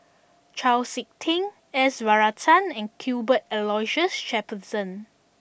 Chau Sik Ting S Varathan and Cuthbert Aloysius Shepherdson